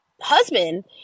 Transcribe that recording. husband